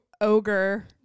Ogre